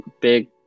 big